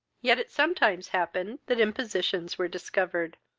yet it sometimes happened that impositions were discovered,